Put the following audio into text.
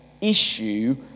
issue